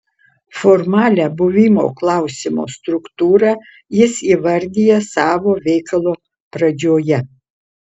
formalią buvimo klausimo struktūrą jis įvardija savo veikalo pradžioje